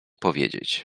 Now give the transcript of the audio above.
powiedzieć